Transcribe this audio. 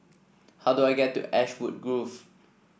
how do I get to Ashwood Grove